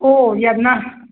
हो यांना